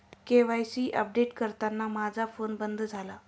KYC update करताना माझा phone बंद झाला